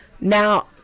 Now